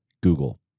Google